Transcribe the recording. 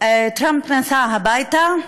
טראמפ נסע הביתה,